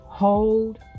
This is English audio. Hold